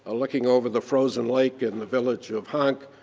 ah looking over the frozen lake and the village of hankh,